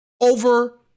over